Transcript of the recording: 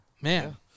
Man